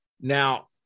Now